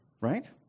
Right